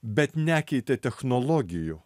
bet nekeitė technologijų